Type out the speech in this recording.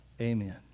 Amen